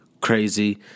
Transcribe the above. crazy